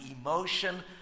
emotion